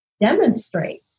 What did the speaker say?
demonstrate